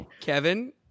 Kevin